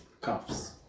cuffs